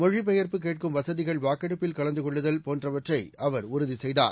மொழிபெயர்ப்பு கேட்கும் வசதிகளவாக்கெடுப்பில் கலந்துகொள்ளுதல் போன்றவற்றைஅவர் உறுதிசெய்தார்